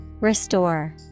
Restore